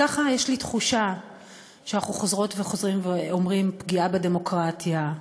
ככה יש לי תחושה שאנחנו חוזרות וחוזרים ואומרים "פגיעה בדמוקרטיה",